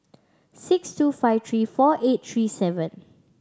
six two five three four eight three seven